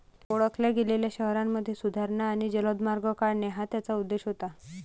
ओळखल्या गेलेल्या शहरांमध्ये सुधारणा आणि जलद मार्ग काढणे हा त्याचा उद्देश होता